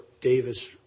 Davis